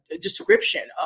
description